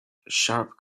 sharp